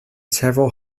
several